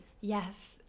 Yes